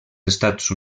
estats